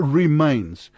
remains